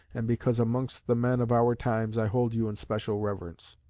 and because amongst the men of our times i hold you in special reverence.